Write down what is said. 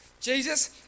Jesus